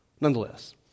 nonetheless